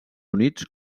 units